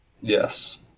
Yes